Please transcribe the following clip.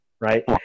right